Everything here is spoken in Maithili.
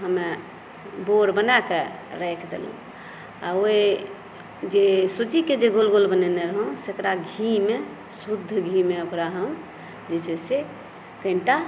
हम्मे बोर बनाके राखि देलहुँ आ ओ जे सूजीके जे गोल गोल बनेने रहौं तकरा घीमे शुद्ध घीमे ओकरा हम जे छै से कनिटा